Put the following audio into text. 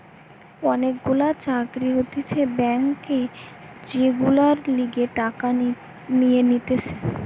অনেক গুলা চাকরি হতিছে ব্যাংকে যেগুলার লিগে টাকা নিয়ে নিতেছে